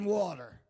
water